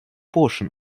portion